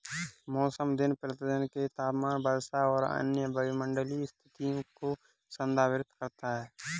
मौसम दिन प्रतिदिन के तापमान, वर्षा और अन्य वायुमंडलीय स्थितियों को संदर्भित करता है